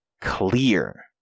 clear